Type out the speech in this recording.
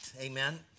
Amen